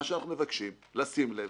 מה שאנחנו מבקשים, לשים לב